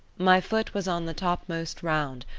my foot was on the topmost round,